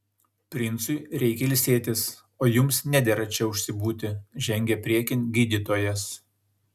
princui reikia ilsėtis o jums nedera čia užsibūti žengė priekin gydytojas